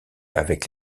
avec